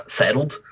settled